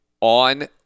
on